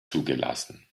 zugelassen